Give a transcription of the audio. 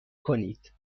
کنید